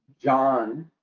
John